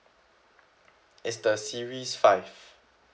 it's the series five